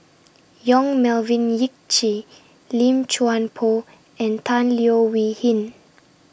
Yong Melvin Yik Chye Lim Chuan Poh and Tan Leo Wee Hin